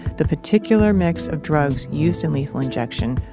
the particular mix of drugs used in lethal injection,